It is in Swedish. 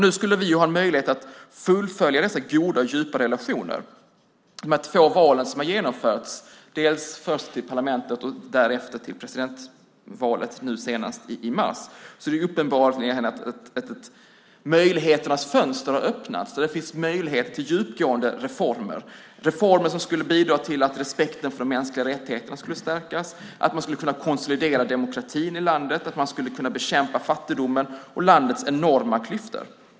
Nu skulle vi ha en möjlighet att fullfölja dessa goda och djupa relationer. De här två valen som har genomförts, först till parlamentet och därefter presidentvalet nu senast i mars, har medfört att ett möjligheternas fönster har öppnats. Det finns möjligheter till djupgående reformer. Dessa reformer skulle bidra till att respekten för de mänskliga rättigheterna skulle stärkas, att man skulle konsolidera demokratin i landet och att man skulle kunna bekämpa fattigdomen och landets enorma klyftor.